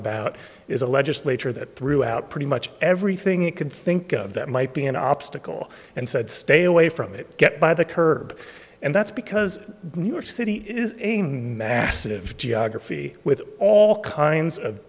about is a legislature that throughout pretty much everything it could think of that might be an obstacle and said stay away from it get by the curb and that's because new york city is aimed massive geography with all kinds of